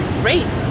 great